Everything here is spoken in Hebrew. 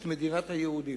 את מדינת היהודים.